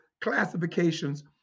classifications